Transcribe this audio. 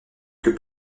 que